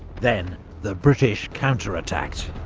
then the british counterattacked.